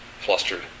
flustered